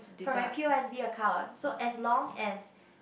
from my P_O_S_B account so as long as